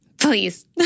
Please